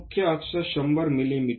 मुख्य अक्ष 100 मिमी